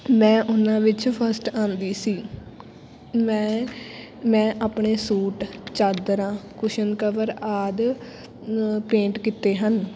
ਮੈਂ ਉਹਨਾਂ ਵਿੱਚ ਫਸਟ ਆਉਂਦੀ ਸੀ ਮੈਂ ਮੈਂ ਆਪਣੇ ਸੂਟ ਚਾਦਰਾਂ ਕੁਸ਼ਨ ਕਵਰ ਆਦਿ ਪੇਂਟ ਕੀਤੇ ਹਨ